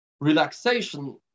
relaxation